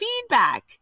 feedback